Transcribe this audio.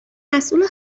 مسئول